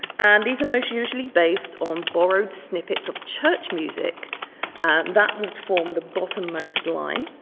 and these are mostly usually based on borrowed snippets of church music that would form the bottommost line.